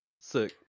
Sick